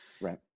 Right